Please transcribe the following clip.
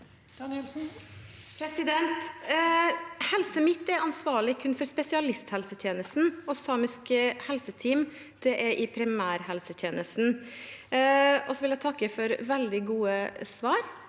Midt-Norge er kun ansvarlig for spesialisthelsetjenesten, og samisk helseteam er i primærhelsetjenesten. Jeg vil takke for veldig gode svar,